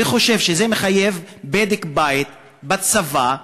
אני חושב שזה מחייב בדק-בית בצבא,